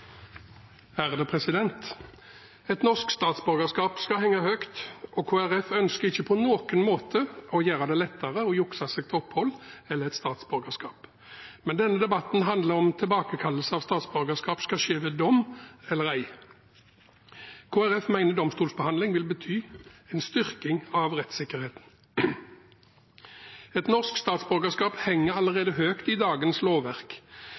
ønsker ikke på noen måte å gjøre det lettere å jukse seg til opphold eller til et statsborgerskap. Men denne debatten handler om hvorvidt tilbakekallelse av statsborgerskap skal skje ved dom eller ei. Kristelig Folkeparti mener domstolsbehandling vil bety en styrking av rettsikkerheten. Et norsk statsborgerskap henger allerede høyt i dagens lovverk.